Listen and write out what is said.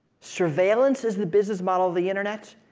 surveillance is the business model of the internet,